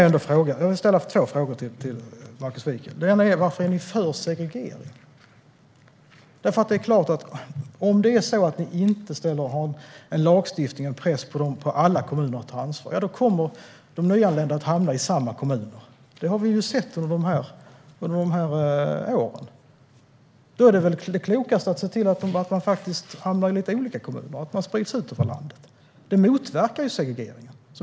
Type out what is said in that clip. Jag vill ställa två frågor till Markus Wiechel. Den första frågan gäller varför ni är för segregering. Om det inte finns en lagstiftning och en press på alla kommuner att ta ansvar kommer de nyanlända att hamna i samma kommuner. Det har vi sett under åren. Då är väl det klokaste att se till att de hamnar i lite olika kommuner, att de sprids ut över landet. Det motverkar segregeringen.